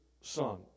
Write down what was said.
Son